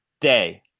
day